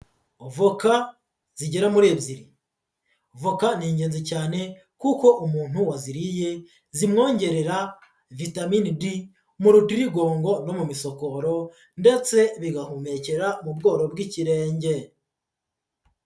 Voka zigera muri ebyiri. Voka ni ingenzi cyane kuko umuntu waziriye zimwongerera vitamini D mu rutirigongo no mu bisokoro ndetse bigahumekera mu bworo bw'ikirenge.